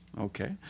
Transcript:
Okay